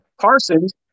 Parsons